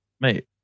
Mate